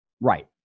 Right